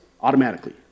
automatically